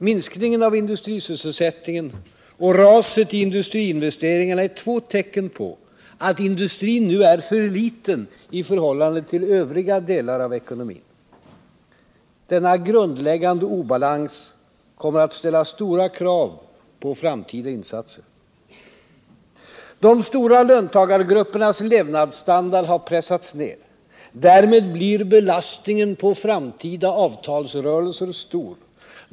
Minskningen av industrisysselsättningen och raset i industriinvesteringarna är två tecken på att industrin nu är för liten i förhållande till övriga delar av ekonomin. Denna grundläggande obalans kommer att ställa stora krav på framtida insatser. De stora löntagargruppernas levnadsstandard har pressats ner. Därmed blir belastningen på framtida avtalsrörelser stor.